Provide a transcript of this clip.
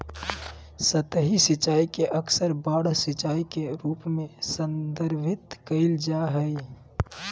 सतही सिंचाई के अक्सर बाढ़ सिंचाई के रूप में संदर्भित कइल जा हइ